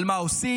על מה עושים,